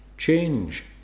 change